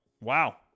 Wow